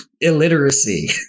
illiteracy